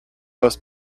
most